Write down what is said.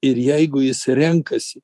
ir jeigu jis renkasi